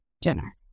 dinner